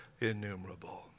innumerable